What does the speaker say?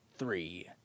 Three